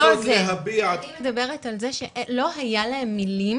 אני מדברת על זה שלא היו להם מילים